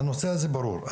הנושא הזה ברור.